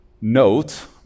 note